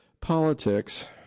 politics